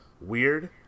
weird